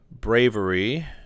Bravery